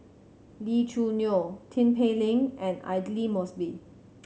Lee Choo Neo Tin Pei Ling and Aidli Mosbit